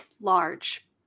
large